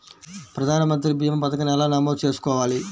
ప్రధాన మంత్రి భీమా పతకాన్ని ఎలా నమోదు చేసుకోవాలి?